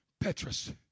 Petrus